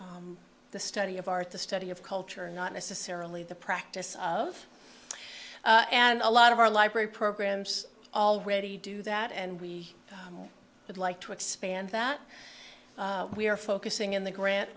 things the study of art the study of culture not necessarily the practice of and a lot of our library programs already do that and we would like to expand that we are focusing in the grant